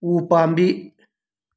ꯎꯄꯥꯝꯕꯤ